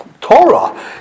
Torah